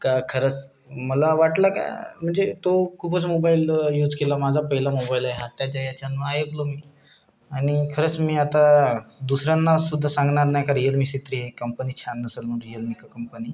का खरंच मला वाटलं का म्हणजे तो खूपच मोबाइल यूज केला माझा पहिला मोबाइल आहे हा तर त्या याच्यानं ऐकलो मी आणि खरंच मी आता दुसऱ्यांनासुद्धा सांगणार नाही का रिअलमी सी थ्री कंपनी छान नसेल म्हणून रिअलमी क कंपनी